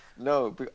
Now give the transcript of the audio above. no